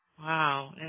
Wow